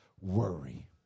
worry